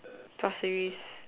pasir-ris